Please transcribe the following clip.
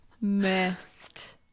missed